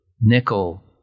nickel